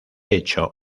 hecho